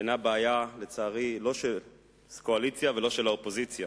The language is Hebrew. אינה בעיה לא של הקואליציה ולא של האופוזיציה.